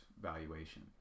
valuation